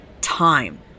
Time